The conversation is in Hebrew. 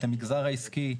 את המגזר העסקי,